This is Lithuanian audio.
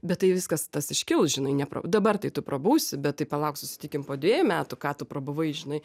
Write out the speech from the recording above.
bet tai viskas tas iškils žinai ne dabar tai tu prabūsi bet tai palauk susitikim po dviejų metų ką tu prabuvai žinai